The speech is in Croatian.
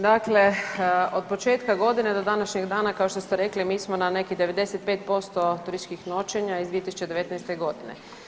Dakle, od početka godine do današnjeg dana kao što ste rekli mi smo na nekih 95% turističkih noćenja iz 2019. godine.